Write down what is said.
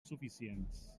suficients